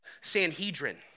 Sanhedrin